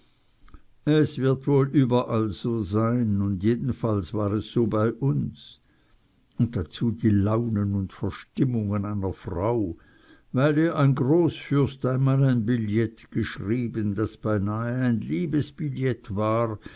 es wird wohl überall so sein und jedenfalls war es so bei uns und dazu die launen und verstimmungen einer frau weil ihr ein großfürst einmal ein billet geschrieben das beinah ein liebesbillet war